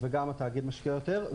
וגם התאגיד משקיע יותר.